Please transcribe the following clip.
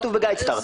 בגיידסאטר.